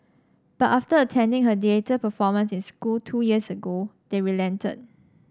but after attending her theatre performance in school two years ago they relented